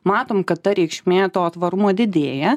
matom kad ta reikšmė to tvarumo didėja